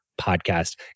podcast